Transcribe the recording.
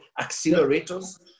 accelerators